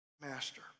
master